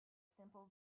simple